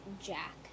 Jack